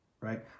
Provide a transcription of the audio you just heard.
right